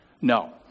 No